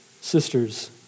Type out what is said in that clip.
sisters